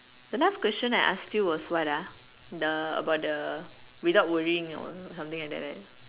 the last question I asked you was what ah the about the without worrying or something like that right